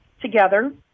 together